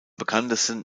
bekanntesten